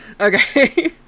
okay